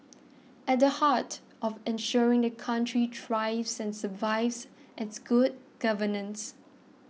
at the heart of ensuring the country thrives and survives is good governance